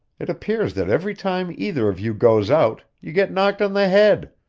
it appears that every time either of you goes out, you get knocked on the head.